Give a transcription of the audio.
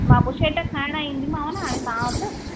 मां बुशेट खणण ईंदीमांव हाणे तव्हां वटि